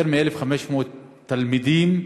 יותר מ-1,500 תלמידים